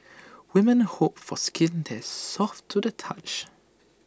women hope for skin that is soft to the touch